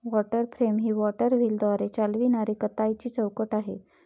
water frame ही water व्हीलद्वारे चालविणारी कताईची चौकट आहे